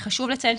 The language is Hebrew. חשוב לציין,